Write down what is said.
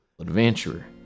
adventurer